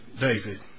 David